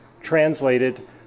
translated